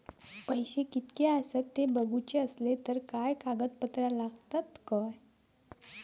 पैशे कीतके आसत ते बघुचे असले तर काय कागद पत्रा लागतात काय?